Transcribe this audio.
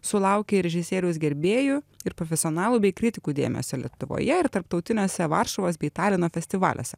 sulaukė režisieriaus gerbėjų ir profesionalų bei kritikų dėmesio lietuvoje ir tarptautiniuose varšuvos bei talino festivaliuose